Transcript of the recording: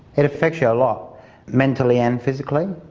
it affects you a lot mentally and physically,